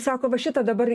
sako va šitą dabar